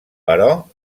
però